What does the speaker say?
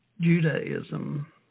Judaism